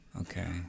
Okay